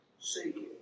seeking